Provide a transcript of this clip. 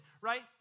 right